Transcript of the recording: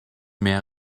mehr